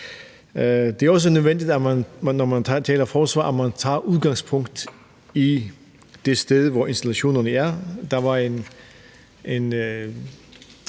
Det er også nødvendigt, når man taler om forsvaret, at man tager udgangspunkt i det sted, hvor installationerne er. Der var en